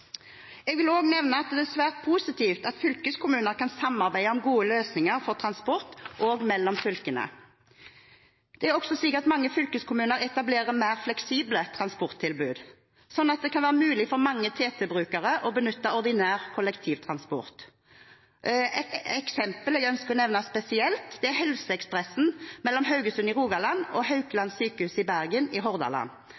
Jeg vil også nevne at det er svært positivt at fylkeskommuner kan samarbeide om gode løsninger for transport, også mellom fylkene. Det er også slik at mange fylkeskommuner etablerer mer fleksible transporttilbud, sånn at det kan være mulig for mange TT-brukere å benytte ordinær kollektivtransport. Et eksempel jeg ønsker å nevne spesielt, er Helseekspressen mellom Haugesund i Rogaland og Haukeland